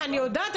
והלא יהודים,